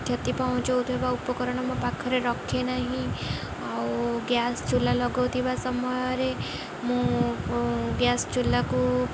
କ୍ଷତି ପହଞ୍ଚଉଥିବା ଉପକରଣ ମୋ ପାଖରେ ରଖେ ନାହିଁ ଆଉ ଗ୍ୟାସ୍ ଚୁଲା ଲଗଉଥିବା ସମୟରେ ମୁଁ ଗ୍ୟାସ୍ ଚୁଲାକୁ